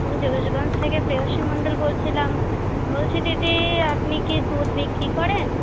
আমি দেবেশগঞ্জ থেকে শ্রেয়সী মণ্ডল বলছিলাম বলছি দিদি আপনি কি দুধ বিক্রি করেন